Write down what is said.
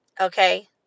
Okay